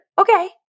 Okay